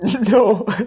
No